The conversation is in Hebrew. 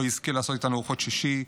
לא יזכה לעשות איתנו ארוחות שישי,